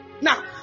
Now